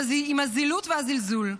עם הזילות והזלזול.